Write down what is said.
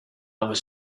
was